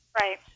Right